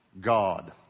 God